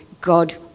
God